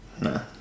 no